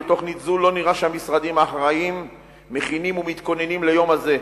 בתוכנית זו לא נראה שהמשרדים האחראים מכינים ומתכוננים ליום הזה.